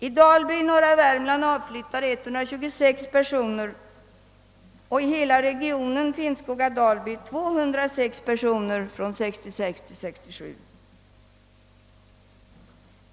I Dalby i norra Värmland avflyttade mellan 1966 och 1967 126 personer och i hela Finnskoga— Dalby-regionen 226 personer.